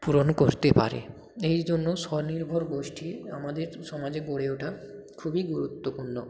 পূরণ করতে পারে এই জন্য স্বনির্ভর গোষ্ঠী আমাদের সমাজে গড়ে ওঠা খুবই গুরুত্বপূর্ণ